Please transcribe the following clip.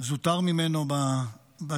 זוטר ממנו בצנחנים,